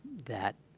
that